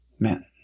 Man